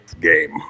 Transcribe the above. game